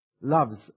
loves